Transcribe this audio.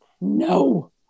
no